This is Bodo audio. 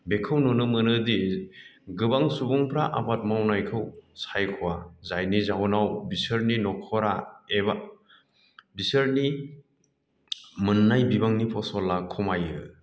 बेखौ नुनो मोनोदि गोबां सुबुंफोरा आबाद मावनायखौ सायखआ जायनि जाहोनाव बिसोरनि न'खरा एबा बिसोरनि मोननाय बिबांनि फसला खमायो